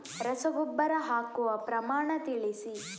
ರಸಗೊಬ್ಬರ ಹಾಕುವ ಪ್ರಮಾಣ ತಿಳಿಸಿ